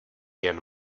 jen